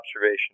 observation